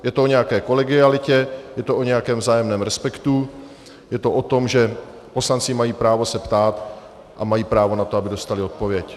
Je to o nějaké kolegialitě, je to o nějakém vzájemném respektu, je to o tom, že poslanci mají právo se ptát a mají právo na to, aby dostali odpověď.